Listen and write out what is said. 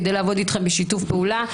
כדי לעבוד אתכם בשיתוף פעולה.